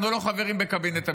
אנחנו לא חברים בקבינט המלחמה.